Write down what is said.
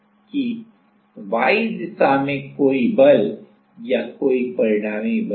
और device capacitance तो यह डिवाइस कैपेसिटेंस Cd है